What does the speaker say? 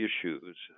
issues